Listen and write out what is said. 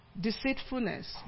Deceitfulness